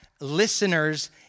listeners